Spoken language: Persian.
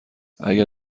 اگر